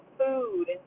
food